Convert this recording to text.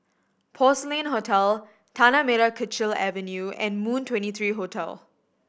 Porcelain Hotel Tanah Merah Kechil Avenue and Moon Twenty three Hotel